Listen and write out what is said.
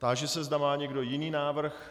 Táži se, zda má někdo jiný návrh.